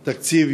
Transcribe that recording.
יותר תקציב.